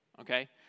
okay